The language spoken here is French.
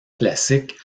classique